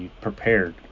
prepared